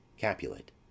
Capulet